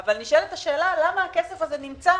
אבל נשאלת השאלה למה הכסף הזה נמצא